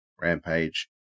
Rampage